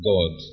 God